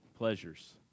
pleasures